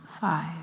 five